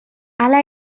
hala